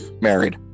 married